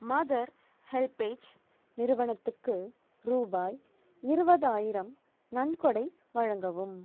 mother HelpAge நிறுவனத்துக்கு ரூபாய் இருபதாயிரம் நன்கொடை வழங்கவும்